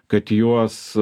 kad juos